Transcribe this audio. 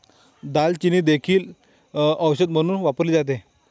दालचिनी देखील औषध म्हणून वापरली जाते